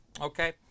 Okay